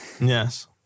Yes